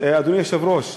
אדוני היושב-ראש,